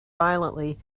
violently